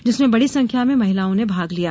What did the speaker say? जिसमें बड़ी संख्या में महिलाओं ने भाग लिया